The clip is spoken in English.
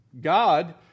God